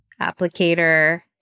applicator